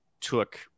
took